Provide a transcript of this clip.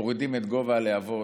מורידים את גובה הלהבות,